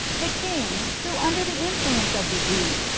the king, who, under the influence of disease,